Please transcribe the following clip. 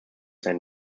sein